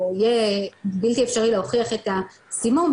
או בלתי אפשרי להוכיח את הסימום,